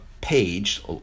page